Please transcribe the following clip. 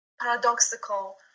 paradoxical